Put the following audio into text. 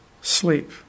sleep